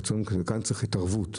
כאן צריך התערבות,